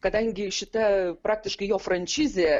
kadangi šita praktiškai jo franšizė